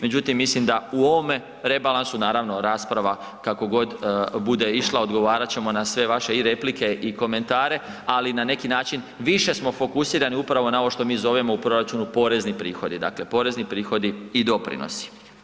Međutim, mislim da u ovome rebalansu naravno rasprava kako god bude išla odgovara ćemo na sve vaše i replike i komentare, ali na neki način više smo fokusirani upravo na ovo što mi zovemo u proračunu porezni prihodi, dakle porezni prihodi i doprinosi.